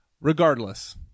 Regardless